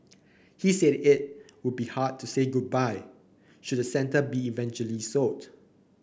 he said it would be hard to say goodbye should the centre be eventually sold